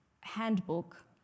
handbook